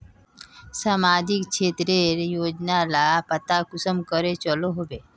सामाजिक क्षेत्र रेर योजना लार पता कुंसम करे चलो होबे?